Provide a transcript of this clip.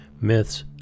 myths